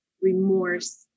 remorse